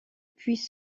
puis